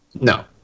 No